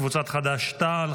קבוצת סיעת חד"ש תע"ל,